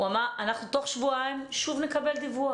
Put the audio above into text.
הוא אמר שתוך שבועיים נקבל דיווח.